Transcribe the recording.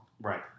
Right